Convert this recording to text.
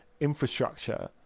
infrastructure